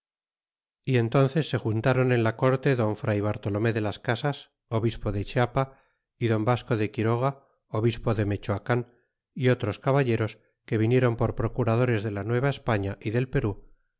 y entón ces se juntron en la corte don fray bartolome de las casas obispo de chiapa y don vasco de quiroga obispo de mechoacan y otros caballeros que vinieron por procuradores de la nueva españa y del perú